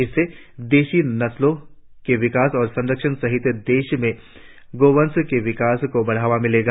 इससे देशी नस्लों के विकास और संरक्षण सहित देश में गोवंश के विकास को बढ़ावा मिलेगा